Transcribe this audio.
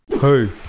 Hey